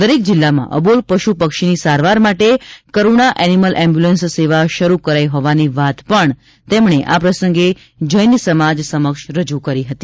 દરેક જિલ્લામાં અબોલ પશુ પક્ષીની સારવાર માટે કરૂણા એનિમલ એમ્બ્યૂલન્સ સેવા શરૂ કરાઈ હોવાની વાત પણ તેમણે આ પ્રસંગે જૈન સમાજ સમક્ષ રજૂ કરી હતી